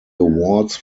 awards